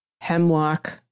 Hemlock